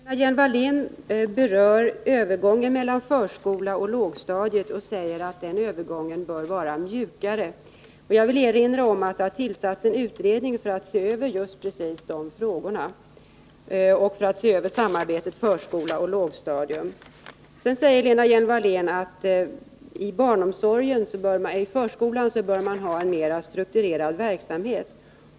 Herr talman! Lena Hjelm-Wallén berör övergången mellan förskolan och lågstadiet och säger att den bör vara mjukare. Jag vill erinra om att det har tillsatts en utredning som skall se över just de frågorna och samarbetet förskola-lågstadium. Sedan säger Lena Hjelm-Wallén att man i förskolan bör ha en mer strukturerad verksamhet.